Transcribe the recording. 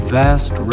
vast